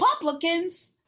republicans